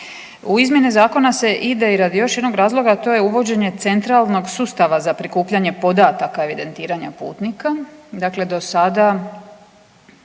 U izmjene zakona se ide i radi još jednog razloga, a to je uvođenje centralnog sustava za prikupljanje podataka evidentiranja putnika i vozila